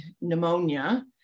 pneumonia